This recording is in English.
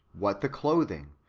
what the clothing,